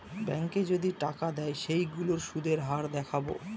ব্যাঙ্কে যদি টাকা দেয় সেইগুলোর সুধের হার দেখাবো